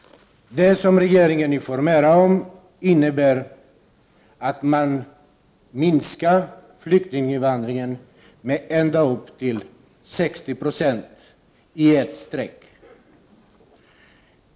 Det som regeringen informerar om innebär att man minskar flyktinginvandringen med ända upp till 60 26 i ett svep.